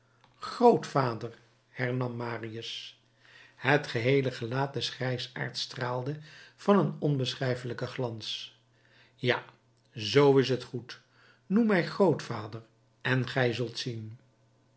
grootvader hernam marius het geheele gelaat des grijsaards straalde van een onbeschrijfelijken glans ja zoo is t goed noem mij grootvader en gij zult zien